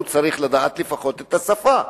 הוא צריך לדעת לפחות את השפה.